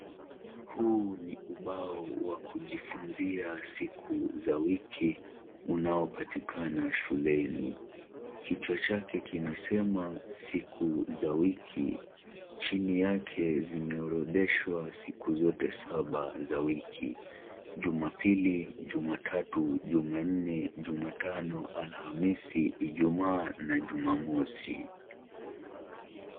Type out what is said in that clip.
Huu ni ubao wa kujifunzia siku za wiki, unaopatikana shuleni. Kichwa chake kinasema siku za wiki. Chini yake zimeorodheshwa siku zote saba za wiki. Jumapili, Jumatatu, Jumanne, Jumatano, Alhamisi, Ijumaa na Jumamosi.